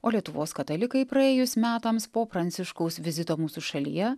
o lietuvos katalikai praėjus metams po pranciškaus vizito mūsų šalyje